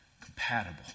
Compatible